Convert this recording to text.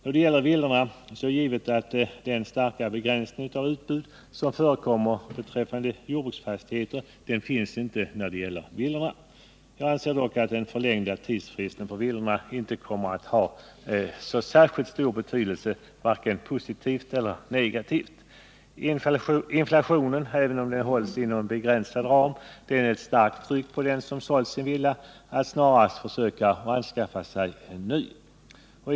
Vad gäller villorna är det givet att den starka begränsning av utbud som förekommer beträffande jordbruksfastigheter inte finns beträffande villorna. Jag anser dock att den förlängda tidsfristen för villorna inte kommer att ha särskilt stor betydelse i vare sig positiv eller negativ riktning. Inflationen utövar, även om den hålls inom en begränsad ram, ett starkt tryck på den som sålt sin villa att snarast skaffa sig en ny.